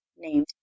named